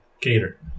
Cater